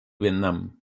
vietnam